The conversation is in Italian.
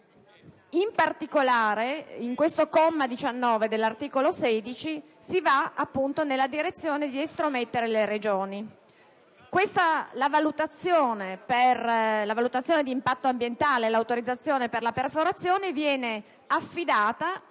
In particolare, nel comma 19 dell'articolo 16 si va appunto nella direzione di estromettere le Regioni. La valutazione di impatto ambientale e l'autorizzazione per la perforazione vengono affidate,